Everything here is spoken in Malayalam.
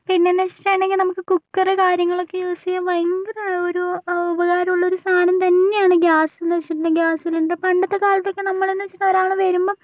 പിന്നെന്ന് വെച്ചിട്ടുണ്ടെങ്കിൽ നമുക്ക് കുക്കറ് കാര്യങ്ങളൊക്കെ യൂസെയ്യാൻ ഭയങ്കര ഒരു ഉപകാരുള്ളൊരു സാധനം തന്നെയാണ് ഗ്യാസ്ന്നു വെച്ചിട്ടുണ്ടെങ്കിൽ ഗ്യാസ് സിലിണ്ടർ പണ്ടത്തെ കാലത്ത് നമ്മളെന്ന് വെച്ചിട്ടുണ്ടെങ്കിൽ ഒരാള് വരുമ്പോൾ